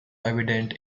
evident